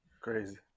Crazy